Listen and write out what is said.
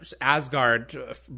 Asgard